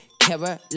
Caroline